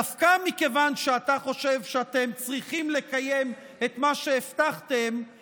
דווקא מכיוון שאתה חושב שאתם צריכים לקיים את מה שהבטחתם,